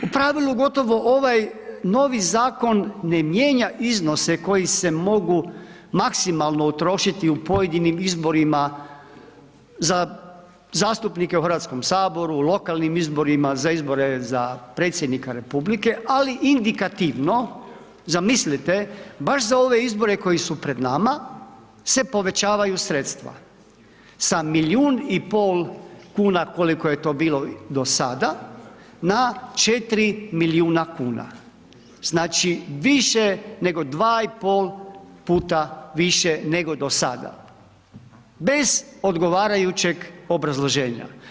U pravilu gotovo ovaj novi zakon ne mijenja iznose koji se mogu maksimalno utrošiti u pojedinim izborima za zastupnike u Hrvatskom saboru, u lokalnim izborima, za izbore za Predsjednika Republike ali indikativno zamislite baš za ove izbore koji su pred nama se povećavaju sredstva sa milijun pol kuna koliko je to bilo do sada na 4 milijuna kuna, znači nego 2,5 puta više nego do sada, bez odgovarajućeg obrazloženja.